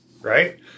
right